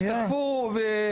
תשתתפו.